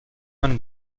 man